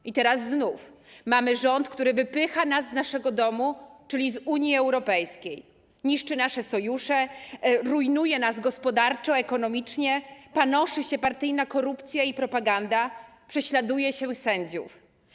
I teraz znów mamy rząd, który wypycha nas z naszego domu, czyli z Unii Europejskiej, niszczy nasze sojusze, rujnuje nas gospodarczo, ekonomicznie, panoszy się partyjna korupcja i propaganda, prześladuje się sędziów.